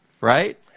right